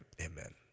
Amen